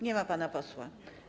Nie ma pana posła.